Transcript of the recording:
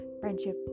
friendship